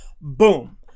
boom